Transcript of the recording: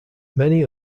many